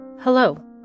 Hello